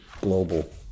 global